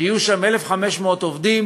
שיהיו שם 1,500 עובדים,